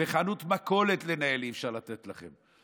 חנות מכולת לנהל אי-אפשר לתת לכם.